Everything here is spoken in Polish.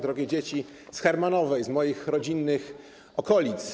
Drogie dzieci z Hermanowej, z moich rodzinnych okolic!